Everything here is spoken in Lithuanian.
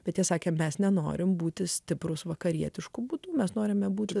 bet jie sakė mes nenorime būti stiprūs vakarietišku būdu mes norime būti